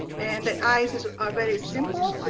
and the eyes are very simple.